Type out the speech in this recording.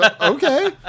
Okay